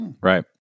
Right